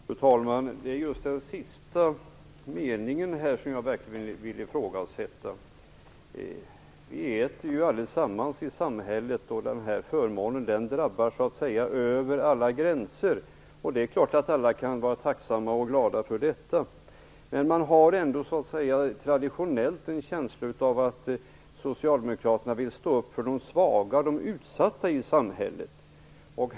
Fru talman! Det är just den sista meningen som jag verkligen vill ifrågasätta. Vi allesammans i samhället äter ju mat och denna förmån är till gagn över alla gränser. Det är klart att alla kan vara tacksamma och glada för detta. Men jag har ändå traditionellt en känsla av att Socialdemokraterna vill stå upp för de svaga och utsatta i samhället.